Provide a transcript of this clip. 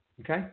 Okay